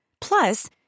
Plus